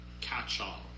catch-all